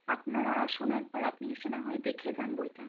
আপনারা আসুন একবার আপনি এসে না হয় দেখে যান বইটা